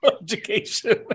education